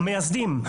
המייסדים?